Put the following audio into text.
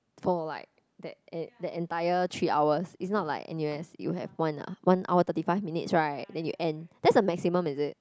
for like that en~ that entire three hours it's not like n_u_s you have one uh one hour thirty five minutes right then you end that's the maximum is it